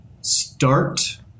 start